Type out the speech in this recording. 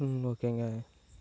ம் ஓகேங்க